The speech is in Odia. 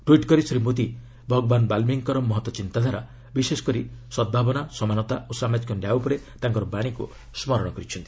ଟୁଇଟ୍ କରି ଶ୍ରୀ ମୋଦି ଭଗବାନ ବାଲ୍ଲିକୀଙ୍କର ମହତ୍ ଚିନ୍ତାଧାରା ବିଶେଷକରି ସଦ୍ଭାବନା ସମାନତା ଓ ସାମାଜିକ ନ୍ୟାୟ ଉପରେ ତାଙ୍କର ବାଣୀକୁ ସ୍କରଣ କରିଛନ୍ତି